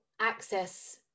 access